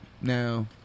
now